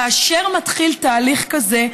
כאשר מתחיל תהליך כזה,